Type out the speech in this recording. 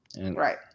Right